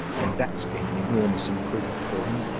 and that's been an enormous improvement for him.